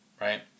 right